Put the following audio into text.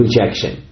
rejection